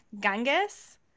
Ganges